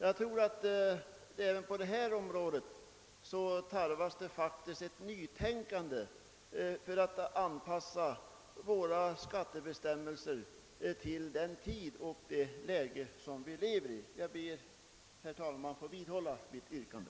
Jag tror att det även på detta område faktiskt tarvas ett nytänkande för att anpassa våra skattebestämmelser till den tid och de förhållanden vi 1lever i. Jag ber, herr talman, att få vidhålla mitt yrkande.